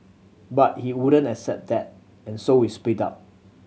but he wouldn't accept that and so we split up